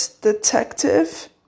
Detective